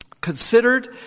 considered